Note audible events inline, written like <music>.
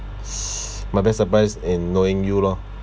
<noise> my best surprise in knowing you lor